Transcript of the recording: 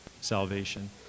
salvation